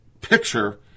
picture